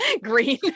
Green